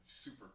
super